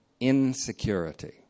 insecurity